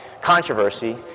controversy